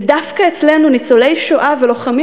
ודווקא אצלנו ניצולי שואה ולוחמים